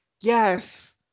yes